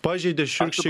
pažeidė šiurkščiai